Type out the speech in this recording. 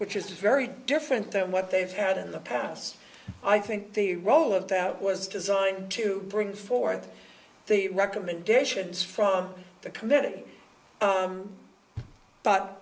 which is very different than what they've had in the past i think the role of that was designed to bring forth the recommendations from the committee